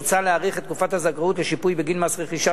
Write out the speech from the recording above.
מוצע להאריך את תקופת הזכאות לשיפוי בגין מס רכישה